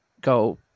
go